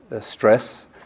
stress